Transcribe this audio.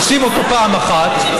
תופסים אותו פעם אחת,